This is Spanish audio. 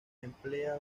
emplea